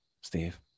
Steve